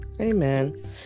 Amen